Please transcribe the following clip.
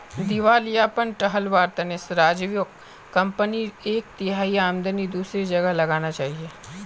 दिवालियापन टलवार तने राजीवक कंपनीर एक तिहाई आमदनी दूसरी जगह लगाना चाहिए